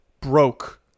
broke